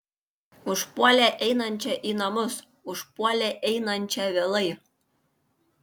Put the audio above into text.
užpuolė einančią į namus užpuolė einančią vėlai